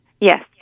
Yes